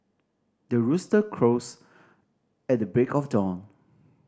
the rooster crows at the break of dawn